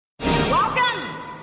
welcome